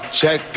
check